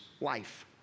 life